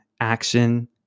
action